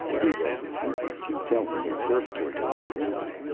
he was eager to tell him his servitor days were over,